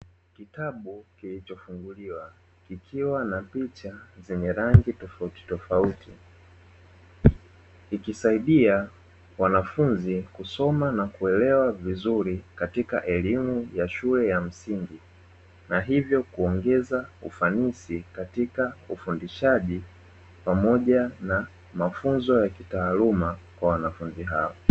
Kitabu kilichofunguliwa kikiwa na picha zenye rangi tofautitofauti, ikisaidia wanafunzi kusoma na kuelewa vizuri katika elimu ya shule ya msingi, na hivyo kuongeza ufanisi katika ufundishaji pamoja na mafunzo ya kitaaluma kwa wanafunzi hao.